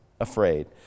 afraid